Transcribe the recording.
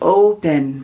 open